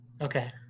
Okay